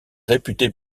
réputée